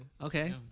okay